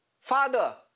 Father